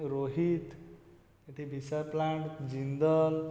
ରୋହିତ୍ ଏଠି ବିଶାକା ପ୍ଳାଣ୍ଟ ଜିନ୍ଦଲ୍